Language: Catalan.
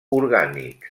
orgànics